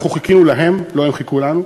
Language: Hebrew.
אנחנו חיכינו להם, לא הם חיכו לנו,